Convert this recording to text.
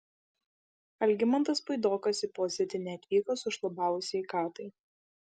algimantas puidokas į posėdį neatvyko sušlubavus sveikatai